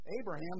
Abraham